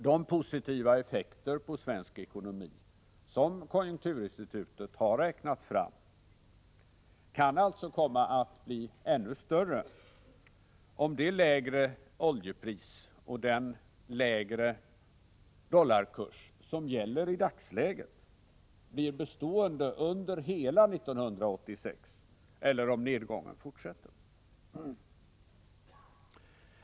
De positiva effekter på svensk ekonomi som konjunkturinstitutet har räknat fram kan alltså komma att bli ännu större, om det lägre oljepriset och den lägre dollarkurs som gäller i dagsläget blir bestående under hela 1986 eller om nedgången fortsätter.